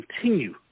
continue